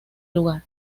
lugar